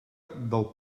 del